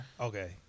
Okay